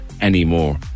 Anymore